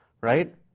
right